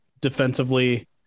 defensively